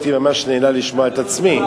הייתי ממש נהנה לשמוע את עצמי.